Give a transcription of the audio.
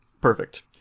perfect